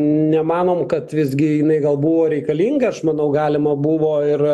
nemanom kad visgi jinai gal buvo reikalinga aš manau galima buvo ir